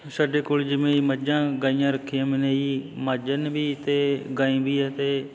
ਸਾਡੇ ਕੋਲ ਜਿਵੇਂ ਮੱਝਾਂ ਗਾਂਈਆਂ ਰੱਖੀਆਂ ਮੈ ਨੇ ਜੀ ਮੱਝ ਵੀ ਨੇ ਅਤੇ ਗਾਂਈ ਵੀ ਹੈ ਅਤੇ